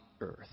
earth